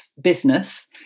business